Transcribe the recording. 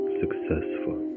successful